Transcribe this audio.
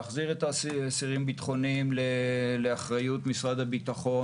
להחזיר את האסירים הביטחוניים לאחריות משרד הביטחון